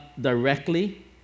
directly